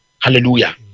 hallelujah